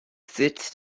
sitz